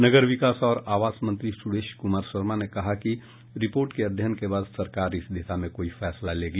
नगर विकास और आवास मंत्री सुरेश कुमार शर्मा ने कहा कि रिपोर्ट के अध्ययन के बाद सरकार इस दिशा में कोई फैसला लेगी